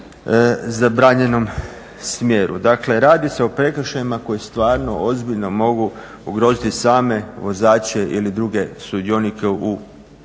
zabranjenom smjeru. Dakle, radi se o prekršajima koji stvarno ozbiljno mogu ugroziti same vozače ili druge sudionike u